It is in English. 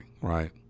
Right